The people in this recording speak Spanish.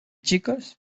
chicos